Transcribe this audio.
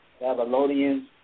Babylonians